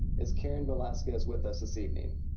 is karen velasquez with us this evening?